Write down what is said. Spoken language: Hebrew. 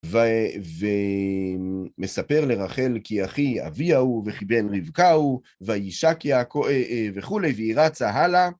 ו... ו.... מספר לרחל, כי אחי אביה הוא, וכי בן רבקה הוא, ויישק יעק... וכולי והיא רצה הלאה.